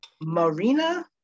Marina